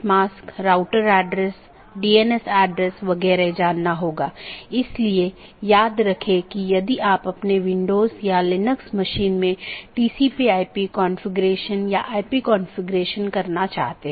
यह मूल रूप से ऑटॉनमस सिस्टमों के बीच सूचनाओं के आदान प्रदान की लूप मुक्त पद्धति प्रदान करने के लिए विकसित किया गया है इसलिए इसमें कोई भी लूप नहीं होना चाहिए